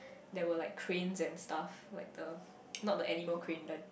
that were like crane and stuff like the not the animal kingdom